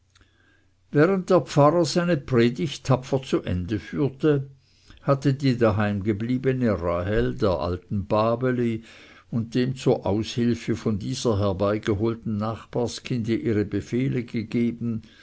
während der pfarrer seine predigt tapfer zu ende führte hatte die daheimgebliebene rahel der alten babeli und dem zur aushilfe von dieser herbeigeholten nachbarskinde ihre befehle gegeben